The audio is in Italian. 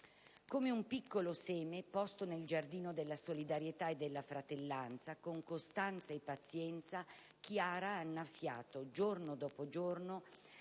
Come un piccolo seme, posto nel giardino della solidarietà e della fratellanza, con costanza e pazienza, Chiara ha annaffiato, giorno dopo giorno,